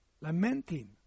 Lamenting